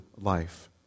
life